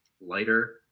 lighter